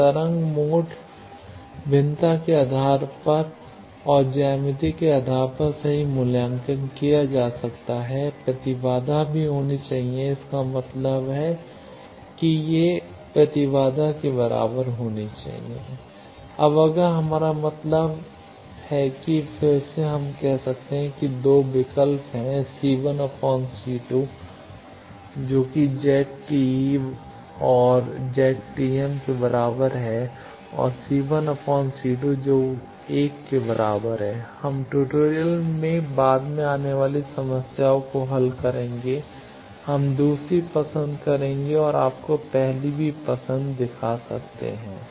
तो तरंग मोड भिन्नता के आधार पर और ज्यामिति के आधार पर सही मूल्यांकन किया जा सकता है प्रतिबाधा भी होना चाहिए कि इसका मतलब है के बराबर होना चाहिए अब अगर हमारा मतलब है कि फिर से हम कहते हैं कि 2 विकल्प हैं C 1Z TE ∨ Z TM C 2 C 1 1 C 2 हम ट्यूटोरियल में बाद में आने वाली समस्याओं को हल करेंगे हम दूसरी पसंद करेंगे और आपको पहली पसंद भी दिखा सकते हैं